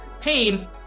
pain